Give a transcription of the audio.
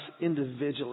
individually